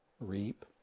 reap